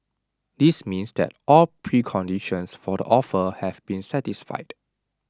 this means that all preconditions for the offer have been satisfied